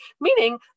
meaning